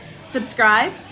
subscribe